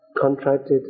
contracted